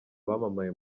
bamamaye